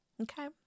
Okay